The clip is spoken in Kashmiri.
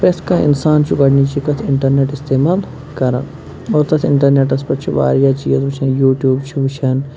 پرٛٮ۪تھ کانٛہہ اِنسان چھُ گۄڈٕنِچی کَتھ اِنٛٹَرنٮ۪ٹ استعمال کران اور تَتھ اِنٹَرنٮ۪ٹَس پٮ۪ٹھ چھِ واریاہ چیٖز وٕچھان یوٗٹیوٗب چھِ وٕچھان